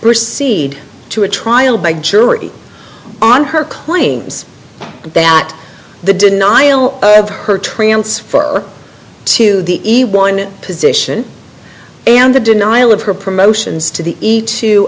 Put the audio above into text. recede to a trial by jury on her claims that the denial of her transfer to the one position and the denial of her promotions to